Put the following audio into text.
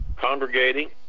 congregating